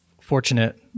fortunate